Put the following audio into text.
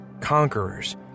Conquerors